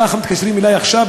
כך מתקשרים אלי עכשיו,